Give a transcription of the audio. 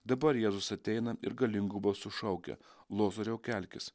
dabar jėzus ateina ir galingu balsu šaukia lozoriau kelkis